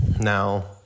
Now